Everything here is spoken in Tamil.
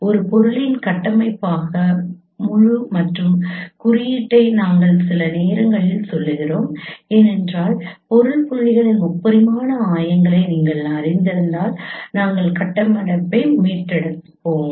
ஒரு பொருளின் கட்டமைப்பாக முழு மற்றும் குறியீட்டை நாங்கள் சில நேரங்களில் சொல்கிறோம் ஏனென்றால் பொருள் புள்ளிகளின் முப்பரிமாண ஆயங்களை நீங்கள் அறிந்திருந்தால் நாங்கள் கட்டமைப்பை மீட்டெடுத்தோம்